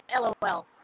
LOL